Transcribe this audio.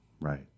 Right